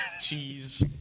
cheese